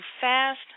fast